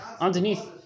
underneath